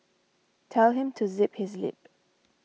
tell him to zip his lip